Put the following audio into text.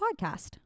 podcast